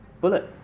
Bullet